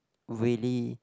really